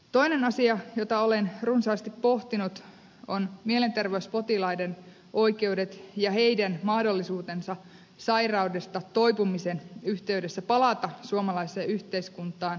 toinen asia jota olen runsaasti pohtinut on mielenterveyspotilaiden oikeudet ja heidän mahdollisuutensa sairaudesta toipumisen yhteydessä palata suomalaiseen yhteiskuntaan